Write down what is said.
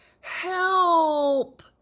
Help